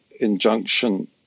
injunction